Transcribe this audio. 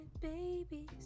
Babies